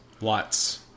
Lots